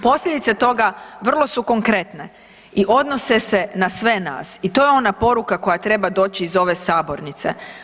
Posljedice toga vrlo su konkretne i odnose se na sve nas i to je ona poruka koja treba doći iz ove sabornice.